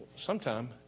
sometime